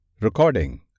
Recording